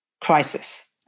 crisis